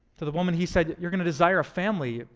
to the woman, he said, you're going to desire a family.